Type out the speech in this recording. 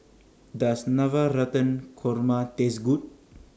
Does Korma Taste Good